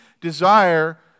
desire